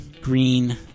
green